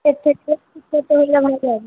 এর থেকে একটু ছোটো হলে মনে হচ্ছে হবে